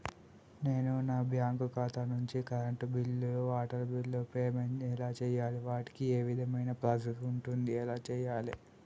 నేను నా బ్యాంకు ఖాతా నుంచి కరెంట్ బిల్లో వాటర్ బిల్లో పేమెంట్ ఎలా చేయాలి? వాటికి ఏ విధమైన ప్రాసెస్ ఉంటది? ఎలా చేయాలే?